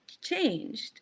changed